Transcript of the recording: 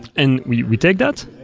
and we we take that.